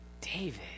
david